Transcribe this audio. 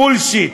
בולשיט,